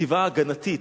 כתיבה הגנתית.